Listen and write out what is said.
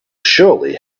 surely